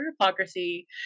hypocrisy